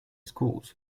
schools